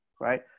right